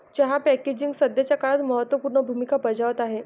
चहा पॅकेजिंग सध्याच्या काळात महत्त्व पूर्ण भूमिका बजावत आहे